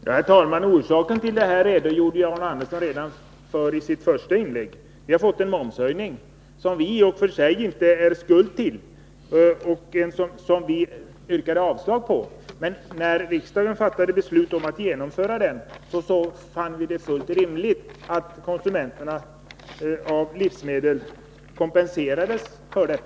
Herr talman! Den orsaken redogjorde Arne Andersson i Ljung för i sitt första inlägg. Det har skett en momshöjning, som vi i och för sig inte är skuld till och som vi yrkade avslag på. När riksdagen fattade beslut om att genomföra den höjningen, fann vi det fullt rimligt att livsmedelskonsumenterna kompenserades för den.